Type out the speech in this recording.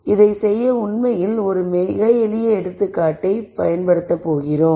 எனவே இதைச் செய்ய உண்மையில் ஒரு மிக எளிய எடுத்துக்காட்டை எடுக்கப் போகிறோம்